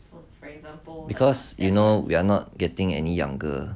because you know we're not getting any younger